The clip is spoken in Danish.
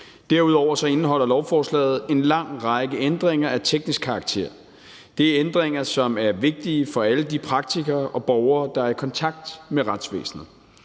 Derudover indeholder lovforslaget en lang række ændringer af teknisk karakter. Det er ændringer, som er vigtige for alle de praktikere og borgere, der er i kontakt med retsvæsenet.